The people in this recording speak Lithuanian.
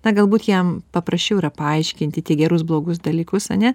na galbūt jam paprasčiau yra paaiškinti tik gerus blogus dalykus ane